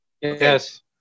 Yes